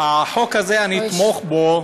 אני אתמוך בחוק הזה,